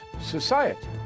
society